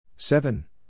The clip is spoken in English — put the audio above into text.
Seven